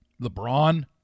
lebron